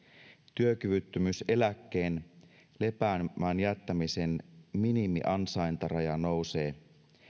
työkyvyttömyyseläkkeen lepäämään jättämisen minimiansaintaraja nousee